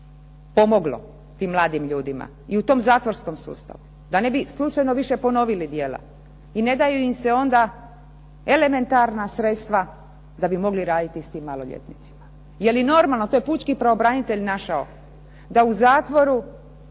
pomoglo, tim mladim ljudima i u tom zatvorskom sustavu, da ne bi slučajno više ponovili djela. I ne daju im se onda elementarna sredstva da bi mogli raditi s tim maloljetnicima. Je li normalno to? Pučki pravobranitelj je našao da u zatvoru